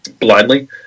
blindly